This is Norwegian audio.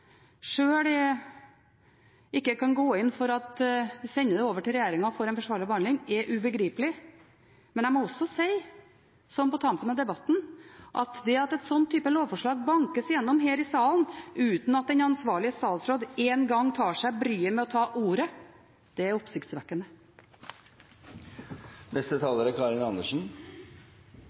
sjøl ikke kan gå inn for å sende det over til regjeringen for en forsvarlig behandling, er ubegripelig, men jeg må også si – på tampen av debatten – at det at en slik type lovforslag bankes igjennom her i salen uten at den ansvarlige statsråd engang tar seg bryet med å ta ordet, det er oppsiktsvekkende.